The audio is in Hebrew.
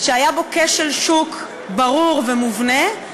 שהיה בו כשל שוק ברור ומובנה,